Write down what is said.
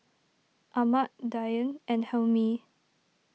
Ahmad Dian and Hilmi